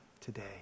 today